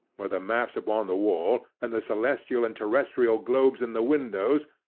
where the maps upon the wall, and the celestial and terrestrial globes in the windows,